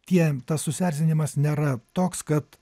tie tas susierzinimas nėra toks kad